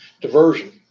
diversion